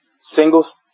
singles